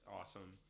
awesome